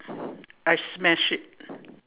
I smash it